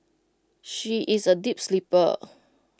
she is A deep sleeper